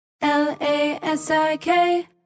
L-A-S-I-K